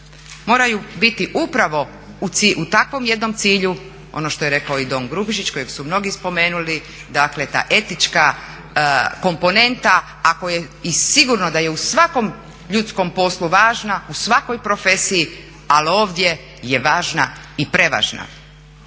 moraju biti upravo u takvom jednom cilju, ono što je rekao i don Grubišić kojeg su mnogi spomenuli, dakle ta etička komponenta ako je i sigurno da je u svakom ljudskom poslu važna, u svakoj profesiji. Ali ovdje je važna i prevažna.